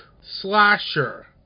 slasher